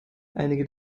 einige